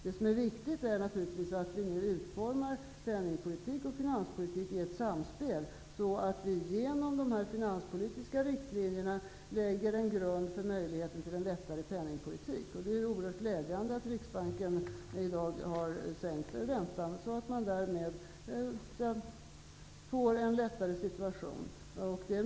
Det viktiga nu är naturligtvis att bedriva penningoch finanspolitik i ett samspel, så att vi genom de finanspolitiska riktlinjerna lägger grunden för en mindre stram penningpolitik. Det är oerhört glädjande att Riksbanken i dag har sänkt räntan, så att man i och med det får en lättare situation.